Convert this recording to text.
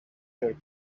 their